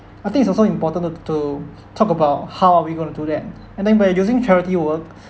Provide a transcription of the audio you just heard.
I think it's also important to to talk about how are we going to do them and then by using charity work